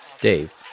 Dave